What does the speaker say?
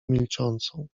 milczącą